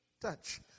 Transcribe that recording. Touch